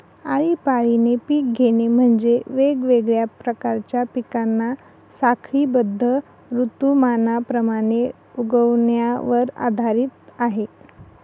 आळीपाळीने पिक घेणे म्हणजे, वेगवेगळ्या प्रकारच्या पिकांना साखळीबद्ध ऋतुमानाप्रमाणे उगवण्यावर आधारित आहे